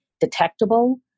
detectable